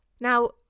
Now